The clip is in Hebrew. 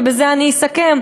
ובזה אני אסכם,